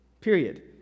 Period